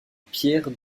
pierre